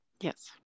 Yes